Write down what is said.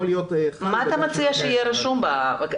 מה אתה מציע שיהיה רשום באותו מסמך?